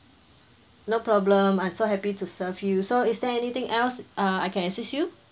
no problem I'm so happy to serve you so is there anything else uh I can assist you